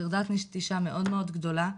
חרדת נטישה מאוד מאוד גדולה,